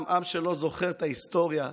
עם שלא זוכר את ההיסטוריה,